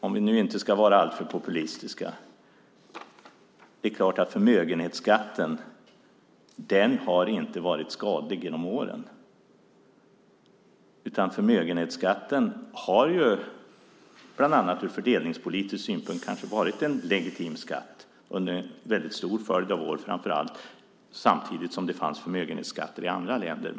Om vi nu inte ska vara alltför populistiska vill jag säga att det är klart att förmögenhetsskatten inte har varit skadlig genom åren. Förmögenhetsskatten har, bland annat ur fördelningspolitisk synpunkt, kanske varit en legitim skatt under en väldigt lång följd av år, framför allt samtidigt som det fanns förmögenhetsskatter i andra länder.